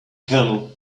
canal